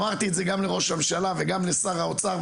אמרתי את זה גם לראש הממשלה וגם לשר האוצר,